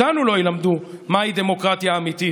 אותנו לא ילמדו מהי דמוקרטיה אמיתית.